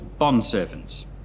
bondservants